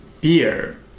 beer